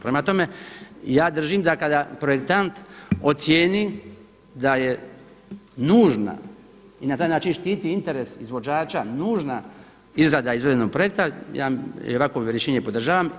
Prema tome, ja držim da kada projektant ocijeni da je nužna i na taj način štiti interes izvođača nužna izrada izvedbenog projekta ja ovakvo rješenje podržavam.